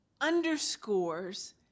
underscores